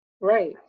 right